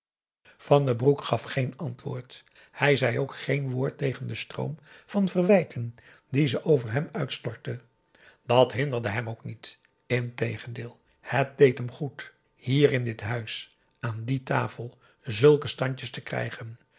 van den broek gaf geen antwoord hij zei ook geen woord tegen den stroom van verwijten dien ze over hem uitstortte dat hinderde hem ook niet integendeel het deed hem goed hier in dit huis aan die tafel zulke standjes te krijgen